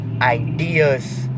ideas